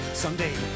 someday